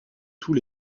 tous